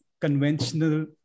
conventional